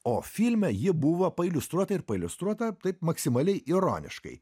o filme ji buvo pailiustruota ir pailiustruota taip maksimaliai ironiškai